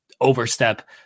overstep